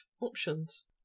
options